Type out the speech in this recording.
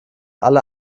alle